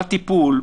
בטיפול,